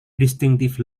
distinctive